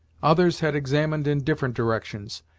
others had examined in different directions,